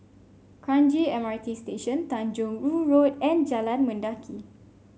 Kranji M R T Station Tanjong Rhu Road and Jalan Mendaki